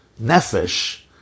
nefesh